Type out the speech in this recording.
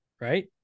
Right